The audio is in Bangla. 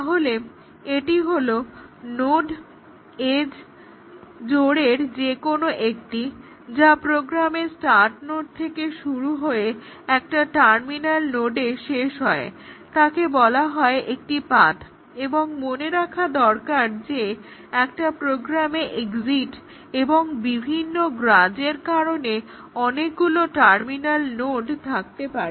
তাহলে এটি হলো নোড এজ্ জোড়ের যে কোনো একটি যা প্রোগ্রামের স্টার্ট নোড থেকে শুরু হয়ে একটি টার্মিনাল নোডে শেষ হয় তাকে বলা হয় একটি পাথ এবং মনে রাখা দরকার যে একটা প্রোগ্রামে এক্সিট এবং বিভিন্ন গ্রাজের কারণে অনেকগুলো টার্মিনাল নোড থাকতে পারে